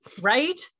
Right